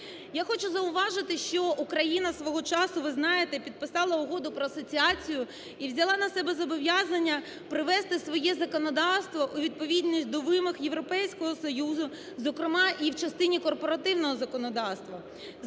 Я хочу зауважити, що Україна свого часу, ви знаєте, підписала Угоду про асоціацію і взяла на себе зобов'язання привести своє законодавство у відповідність до вимог Європейського Союзу, зокрема і в частині корпоративного законодавства.